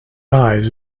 eyes